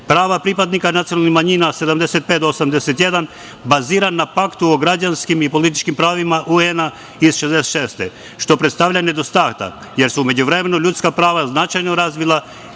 prava pripadnika nacionalnih manjina, članovi od 75. do 81, bazirana na paktu o građanskim i političkim pravima UN, iz 1966. godine, što predstavlja nedostatak, jer su u međuvremenu ljudska prava značajno razvila